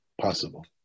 possible